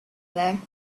there